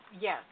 Yes